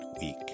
week